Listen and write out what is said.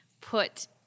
put